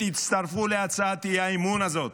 ותצטרפו להצעת האי-אמון הזאת,